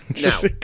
Now